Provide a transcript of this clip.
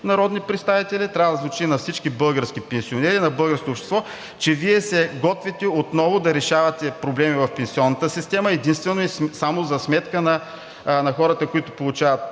народни представители, трябва да звучи на всички български пенсионери, на българското общество, че Вие се готвите отново да решавате проблеми в пенсионната система единствено и само за сметка на хората, които получават